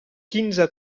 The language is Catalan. quinze